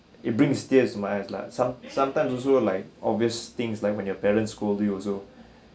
it brings tears to my eyes lah some sometimes also like obvious things like when your parents scold you also